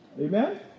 Amen